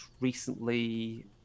recently